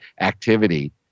activity